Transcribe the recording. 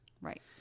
Right